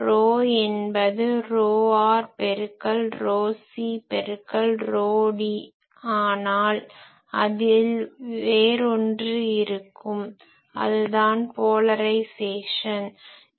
ρ என்பது ρr பெருக்கல் ρc பெருக்கல் ρd ஆனால் அதில் வேரொன்று இருக்கும் அதுதான் போலரைஸேசன் Polarization முனைவாக்கம்